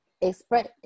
express